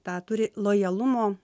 tą turi lojalumo